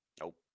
Nope